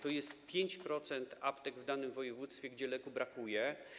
To jest 5% aptek w danym województwie, w których leku brakuje.